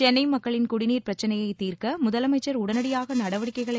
சென்னை மக்களின் குடிநீர் பிரச்னையைத் தீர்க்க முதலமைச்சர் உடனடியாக நடவடிக்கைகளை